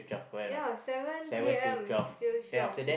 ya seven P_M till twelve